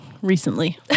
Recently